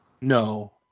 no